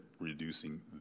reducing